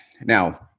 now